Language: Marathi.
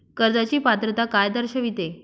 कर्जाची पात्रता काय दर्शविते?